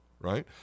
right